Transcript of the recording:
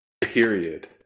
Period